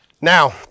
Now